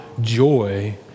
joy